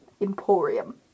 emporium